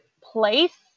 place